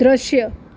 દૃશ્ય